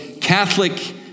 Catholic